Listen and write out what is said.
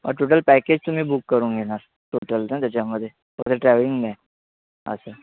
मग total package तुम्ही book करून घेणार टोटल ना त्याच्यामध्ये फक्त ट्रॅवलिंग नाही असं